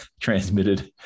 transmitted